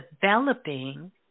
developing